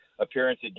appearance